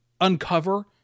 uncover